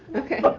okay,